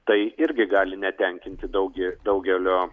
tai irgi gali netenkinti daugi daugelio